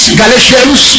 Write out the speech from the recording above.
galatians